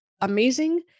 amazing